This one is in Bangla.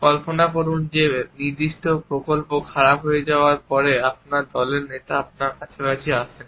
কল্পনা করুন যে একটি নির্দিষ্ট প্রকল্প খারাপ হয়ে যাওয়ার পরে আপনার দলের নেতা আপনার কাছাকাছি আসেন